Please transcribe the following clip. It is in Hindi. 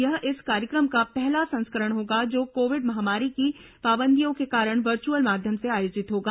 यह इस कार्यक्रम का पहला संस्करण होगा जो कोविड महामारी की पाबंदियों के कारण वर्चुअल माध्यम से आयोजित होगा